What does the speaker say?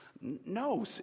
No